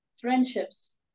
friendships